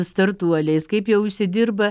startuoliais kaip jie užsidirba